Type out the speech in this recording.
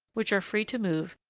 which are free to move,